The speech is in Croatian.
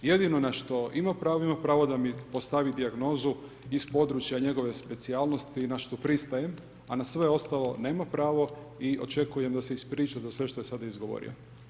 Jedino na što ima pravo, ima pravo da mi postavi dijagnozu iz područja njegove specijalnosti na što pristajem, a na sve ostalo nema pravo i očekujem da se ispriča za sve što je sada izgovorio.